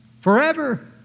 Forever